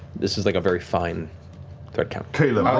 this is like a very fine thread count.